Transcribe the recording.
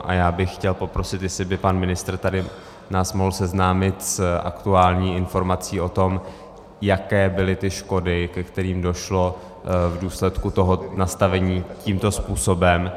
A já bych chtěl poprosit, jestli by pan ministr tady nás mohl seznámit s aktuální informací o tom, jaké byly ty škody, ke kterým došlo v důsledku toho nastavení tímto způsobem.